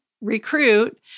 recruit